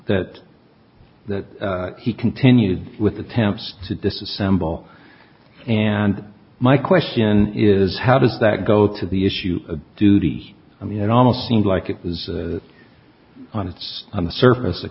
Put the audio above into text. that that he continued with attempts to disassemble and my question is how does that go to the issue of duty i mean it almost seems like it was on it's on the surface